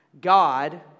God